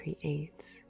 creates